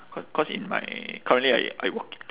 cau~ cause in my currently I I work